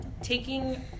taking